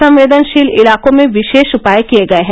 संवेदनशील इलाकों में विशेष उपाय किए गए हैं